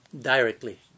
directly